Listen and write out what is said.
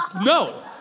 no